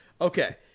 Okay